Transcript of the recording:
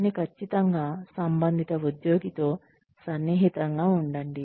కానీ ఖచ్చితంగా సంబంధిత ఉద్యోగితో సన్నిహితంగా ఉండండి